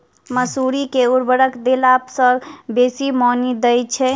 मसूरी मे केँ उर्वरक देला सऽ बेसी मॉनी दइ छै?